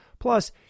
Plus